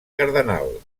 cardenal